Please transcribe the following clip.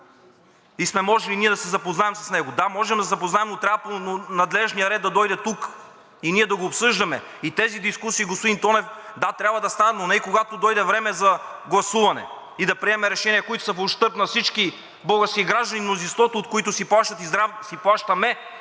И сме можели ние да се запознаем с него. Да, можем да се запознаем, не трябва по надлежния ред да дойде тук и ние да го обсъждаме, и тези дискусии, господин Тонев, да, трябва да стават, но не и когато дойде време за гласуване и да приемаме решения, които са в ущърб на всички български граждани, мнозинството от които си плащаме